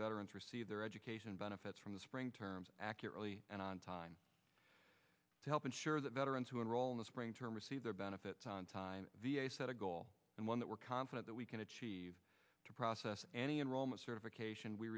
veterans receive their education benefits from the spring term accurately and on time to help ensure that veterans who enroll in a spring term receive their benefits on time set a goal and one that we're confident that we can achieve to process any enrollment certification we